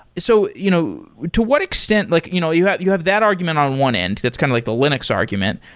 so you know to what extent like you know you have you have that argument on one end that's kind of like the linux argument,